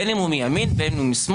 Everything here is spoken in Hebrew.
בין אם הוא מימין ובין אם משמאל,